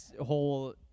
whole